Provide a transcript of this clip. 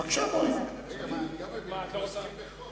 היא רוצה לדבר על החוק.